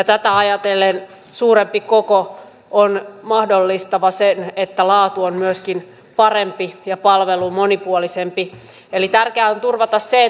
tätä ajatellen suurempi koko on mahdollistava sen että myöskin laatu on parempi ja palvelu monipuolisempi eli tärkeää on turvata se